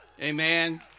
amen